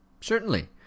Certainly